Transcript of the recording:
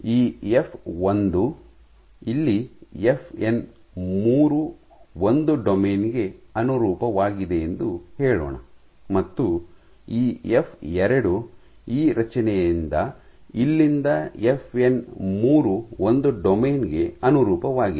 ಈ ಎಫ್ ಒಂದು ಇಲ್ಲಿ ಎಫ್ಎನ್ ಮೂರು ಒಂದು ಡೊಮೇನ್ ಗೆ ಅನುರೂಪವಾಗಿದೆ ಎಂದು ಹೇಳೋಣ ಮತ್ತು ಈ ಎಫ್ ಎರಡು ಈ ರಚನೆಯಿಂದ ಇಲ್ಲಿಂದ ಎಫ್ಎನ್ ಮೂರು ಒಂದು ಡೊಮೇನ್ ಗೆ ಅನುರೂಪವಾಗಿದೆ